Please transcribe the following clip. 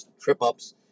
trip-ups